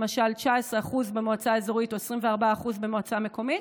למשל 19% במועצה האזורית או 24% במועצה מקומית,